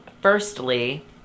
Firstly